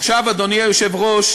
עכשיו, אדוני היושב-ראש,